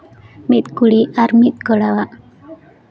ᱢᱤᱫ ᱠᱩᱲᱤ ᱟᱨ ᱢᱤᱫ ᱠᱚᱲᱟᱣᱟᱜ